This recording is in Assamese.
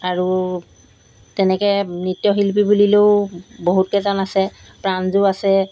আৰু তেনেকৈ নৃত্যশিল্পী বুলিলেও বহুত কেইজন আছে প্ৰাণযু আছে